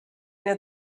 der